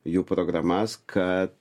jų programas kad